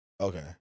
Okay